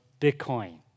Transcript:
Bitcoin